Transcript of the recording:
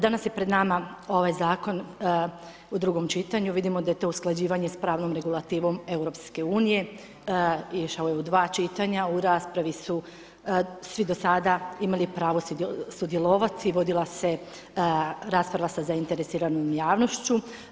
Danas je pred nama ovaj zakon, u drugom čitanju, vidimo da je to usklađivanje s pravnom regulativom EU išao je u dva čitanja, u raspravi su, svi do sada imali pravo sudjelovati, vodila se rasprava sa zainteresiranom javnošću.